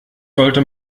sollte